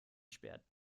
sperrt